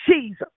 Jesus